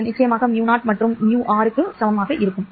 course நிச்சயமாக μ0 மற்றும் μr க்கு சமமாக இருக்கும்